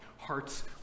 Hearts